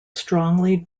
strongly